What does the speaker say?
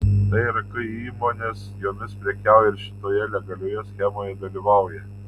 tai rk įmonės jomis prekiauja ir šitoje legalioje schemoje dalyvauja